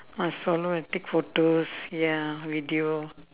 must follow and take photos ya video